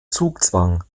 zugzwang